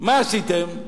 מה עשיתם?